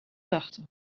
dachten